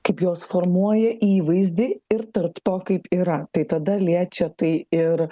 kaip jos formuoja įvaizdį ir tarp to kaip yra tai tada liečia tai ir